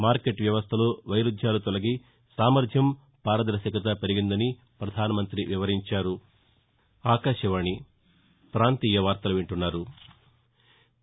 market వ్యవస్థలో వైరుద్యాలు తొలగి సామర్యం పారదర్భకత పెరిగిందని ప్రపధానమంతి వివరించారు